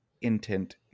intent